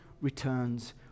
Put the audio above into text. returns